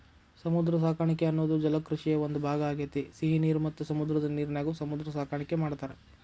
ಸಮುದ್ರ ಸಾಕಾಣಿಕೆ ಅನ್ನೋದು ಜಲಕೃಷಿಯ ಒಂದ್ ಭಾಗ ಆಗೇತಿ, ಸಿಹಿ ನೇರ ಮತ್ತ ಸಮುದ್ರದ ನೇರಿನ್ಯಾಗು ಸಮುದ್ರ ಸಾಕಾಣಿಕೆ ಮಾಡ್ತಾರ